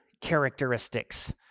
characteristics